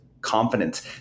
confidence